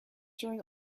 during